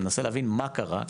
מנסה להבין מה קרה,